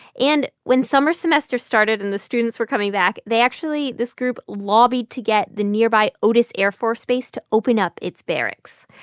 and when summer semester started and the students were coming back, they actually this group lobbied to get the nearby otis air force base to open up its barracks.